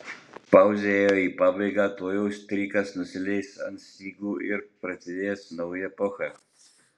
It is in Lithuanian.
pauzė ėjo į pabaigą tuojau strykas nusileis ant stygų ir prasidės nauja epocha